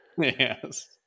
Yes